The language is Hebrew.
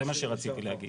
זה מה שרציתי להגיד.